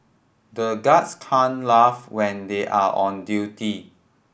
the guards can't laugh when they are on duty